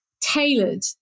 tailored